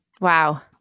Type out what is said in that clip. Wow